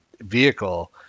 vehicle